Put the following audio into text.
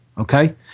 Okay